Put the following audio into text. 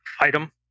item